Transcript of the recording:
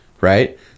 right